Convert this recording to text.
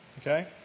Okay